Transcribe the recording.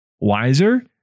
wiser